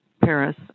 Paris